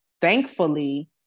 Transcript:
Thankfully